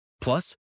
Plus